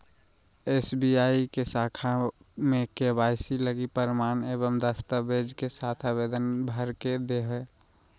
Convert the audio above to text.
SBI के शाखा में के.वाई.सी लगी प्रमाण एवं दस्तावेज़ के साथ आवेदन भर के देहो